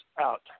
out